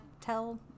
tell